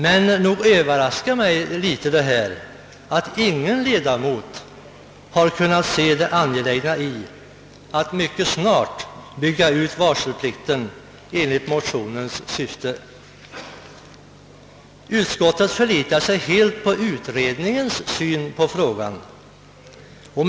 Men nog överraskar det mig litet att ingen ledamot kunnat se det angelägna i att mycket snart bygga ut varselplikten i enlighet med motionsförslaget. Utskottet litar helt på utredningens syn på denna fråga.